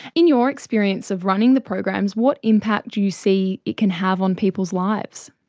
in your experience of running the programs, what impact do you see it can have on people's lives?